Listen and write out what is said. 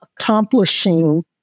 accomplishing